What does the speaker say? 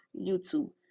youtube